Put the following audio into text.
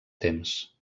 temps